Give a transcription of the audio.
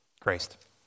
Christ